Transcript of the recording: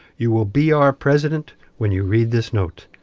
you will be our president when you read this note.